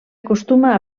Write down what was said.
acostuma